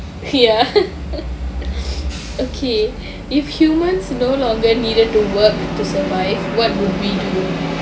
ya okay if humans no longer needed to to work to survive what would we do